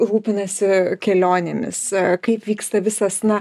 rūpinasi kelionėmis kaip vyksta visas na